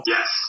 Yes